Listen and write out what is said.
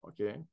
Okay